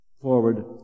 forward